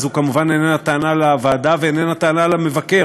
זו כמובן איננה טענה לוועדה ואיננה טענה למבקר,